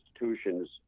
institutions